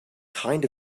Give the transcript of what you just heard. kind